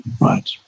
right